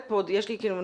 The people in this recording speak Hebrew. להגיד.